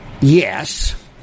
Yes